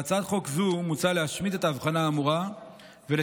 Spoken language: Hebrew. בהצעת חוק זו מוצע להשמיט את ההבחנה האמורה ולשנות